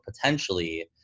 potentially